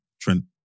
Trent